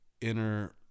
inner